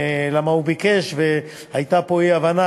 כי הוא ביקש והייתה פה אי-הבנה,